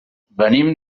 venim